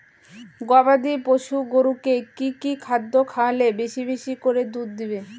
গবাদি পশু গরুকে কী কী খাদ্য খাওয়ালে বেশী বেশী করে দুধ দিবে?